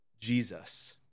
Jesus